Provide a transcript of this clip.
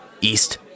east